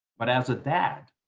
but as a dad.